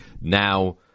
now